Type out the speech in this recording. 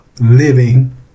living